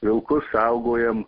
vilkus saugojam